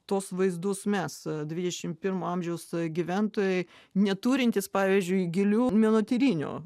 tuos vaizdus mes dvidešim pirmo amžiaus gyventojai neturintys pavyzdžiui gilių menotyrinių